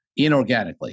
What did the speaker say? inorganically